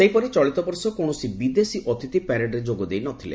ସେହିପରି ଚଳିତବର୍ଷ କୌଣସି ବିଦେଶୀ ଅତିଥି ପ୍ୟାରେଡରେ ଯୋଗଦେଇ ନ ଥିଲେ